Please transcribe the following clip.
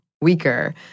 weaker